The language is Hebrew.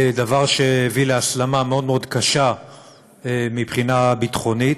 דבר שהביא להסלמה מאוד מאוד קשה מבחינה ביטחונית.